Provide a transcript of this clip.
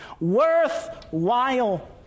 worthwhile